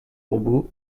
robots